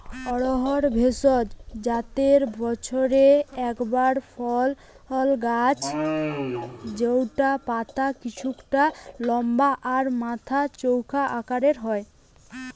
অড়হর ভেষজ জাতের বছরে একবার ফলা গাছ জউটার পাতা কিছুটা লম্বা আর মাথা চোখা আকারের হয়